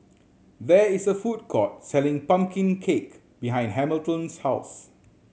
there is a food court selling pumpkin cake behind Hamilton's house